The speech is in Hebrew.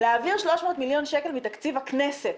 להעביר 300 מיליון שקל מתקציב הכנסת.